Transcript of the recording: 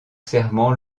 serment